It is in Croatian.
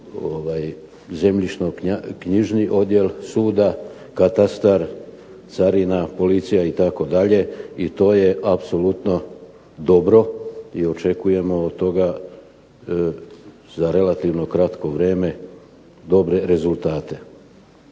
zemljišno knjižni odjel suda, katastar, carina, policija itd., i to je apsolutno dobro i očekujemo od toga za relativno kratko vrijeme dobre rezultate.